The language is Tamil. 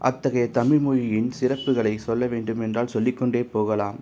அத்தகைய தமிழ் மொழியின் சிறப்புகளை சொல்ல வேண்டும் என்றால் சொல்லிக்கொண்டே போகலாம்